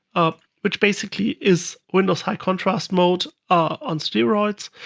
um which basically is windows high contrast mode on steroids.